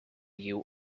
you